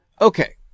Okay